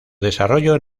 desarrollo